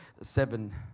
seven